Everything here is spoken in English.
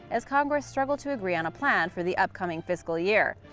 as congress struggled to agree on a plan for the upcoming fiscal year.